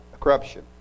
corruption